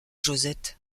josette